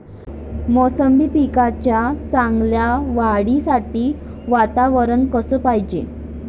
मोसंबीच्या पिकाच्या चांगल्या वाढीसाठी वातावरन कस पायजे?